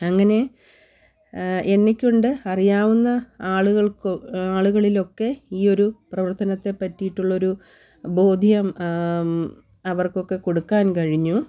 അങ്ങനെ എന്നെ കൊണ്ട് അറിയാവുന്ന ആളുകൾകൊക്കെ ആളുകളിലൊക്കെ ഈ ഒരു പ്രവർത്തനത്തെ പറ്റിട്ടുള്ളൊരു ബോധ്യം അവർക്കൊക്കെ കൊടുക്കാൻ കഴിഞ്ഞു